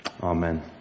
Amen